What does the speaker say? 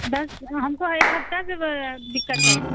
दस हमको एक हफ़्ता से ब दिक़्क़त है